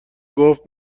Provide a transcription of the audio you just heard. گفت